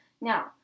Now